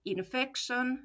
Infection